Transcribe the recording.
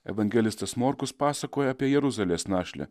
evangelistas morkus pasakoja apie jeruzalės našlę